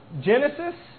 Genesis